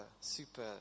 super